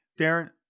Darren